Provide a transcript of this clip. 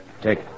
take